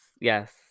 yes